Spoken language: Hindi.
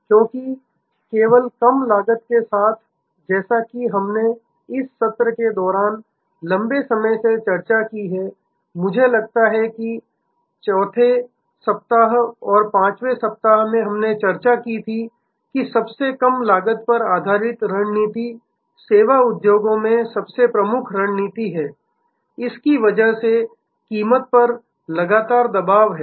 क्योंकि केवल कम लागत के साथ जैसा कि हमने इस सत्र के दौरान लंबे समय से चर्चा की है मुझे लगता है कि 4 वें सप्ताह 5 वें सप्ताह में हमने चर्चा की कि सबसे कम लागत पर आधारित रणनीति सेवा उद्योगों में सबसे प्रमुख रणनीति है इसकी वजह से कीमत पर लगातार दबाव है